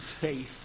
faith